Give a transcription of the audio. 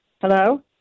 Hello